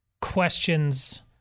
questions